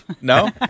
No